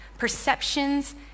perceptions